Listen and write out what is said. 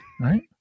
Right